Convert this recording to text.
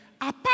Apart